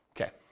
Okay